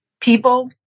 people